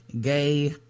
gay